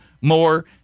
more